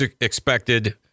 expected